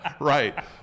right